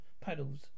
Paddles